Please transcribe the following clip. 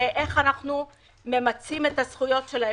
השאלה איך אנחנו ממצים את הזכויות שלהם.